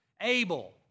Abel